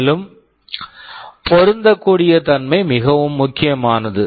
மேலும் பொருந்தக்கூடிய தன்மை மிகவும் முக்கியமானது